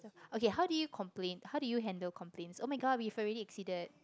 okay how do you complain how do you handle complaints oh-my-god we have already exceeded